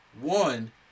One